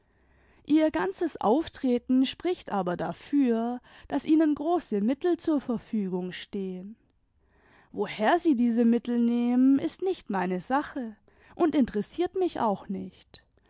ihr ganzes auftreten spricht aber dafür daß ihnen große mittel zur verfügimg stehen woher sie diese mittel nehmen ist nicht meine sache und interessiert mich auch nicht